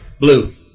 Blue